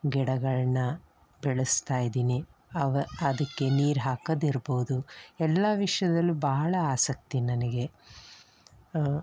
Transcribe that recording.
ಗಿಡಗಳನ್ನ ಬೆಳೆಸ್ತಾ ಇದ್ದೀನಿ ಅವ ಅದಕ್ಕೆ ನೀರು ಹಾಕೋದಿರ್ಬೊದು ಎಲ್ಲ ವಿಷಯದಲ್ಲೂ ಭಾಳ ಆಸಕ್ತಿ ನನಗೆ